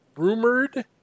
Rumored